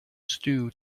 stew